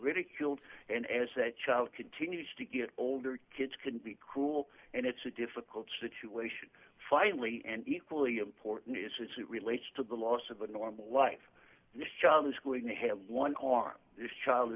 ridiculed and as that child continues to get older kids can be cruel and it's a difficult situation finally and equally important is it relates to the loss of a normal life is going to have one on this child